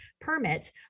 Permits